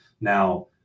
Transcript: Now